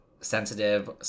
sensitive